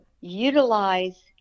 utilize